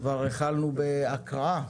כבר התחלנו בהקראה